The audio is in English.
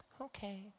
Okay